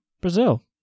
Brazil